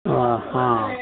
ಓ ಹಾಂ